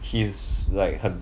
he's like 很